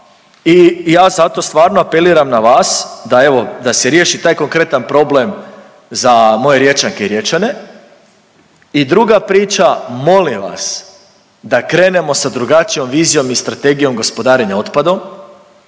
i ja zato stvarno apeliram na vas da, evo, da se riješi taj konkretan problem za moje Riječanke i Riječane. I druga priča, molim vas da krenemo a drugačijom vizijom i strategijom gospodarenja otpadom